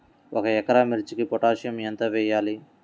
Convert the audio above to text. ఒక ఎకరా మిర్చీకి పొటాషియం ఎంత వెయ్యాలి?